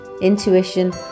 intuition